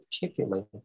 particularly